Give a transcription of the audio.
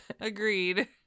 Agreed